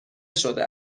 شده